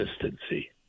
consistency